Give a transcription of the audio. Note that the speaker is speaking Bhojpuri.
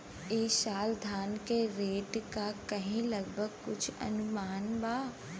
ई साल धान के रेट का रही लगभग कुछ अनुमान बा?